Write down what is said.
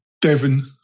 Devin